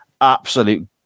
Absolute